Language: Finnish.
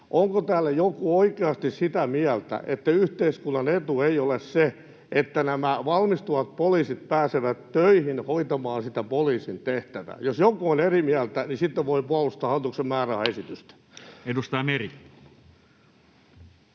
Onko täällä joku oikeasti sitä mieltä, että yhteiskunnan etu ei ole se, että nämä valmistuvat poliisit pääsevät töihin hoitamaan sitä poliisin tehtävää? Jos joku on eri mieltä, niin sitten voi puolustaa hallituksen